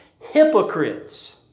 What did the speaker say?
hypocrites